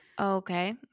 Okay